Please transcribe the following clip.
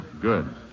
Good